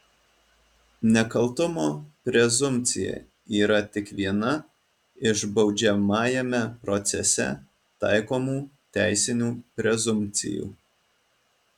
nekaltumo prezumpcija yra tik viena iš baudžiamajame procese taikomų teisinių prezumpcijų